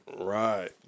Right